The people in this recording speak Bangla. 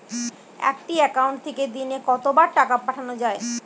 একটি একাউন্ট থেকে দিনে কতবার টাকা পাঠানো য়ায়?